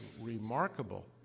remarkable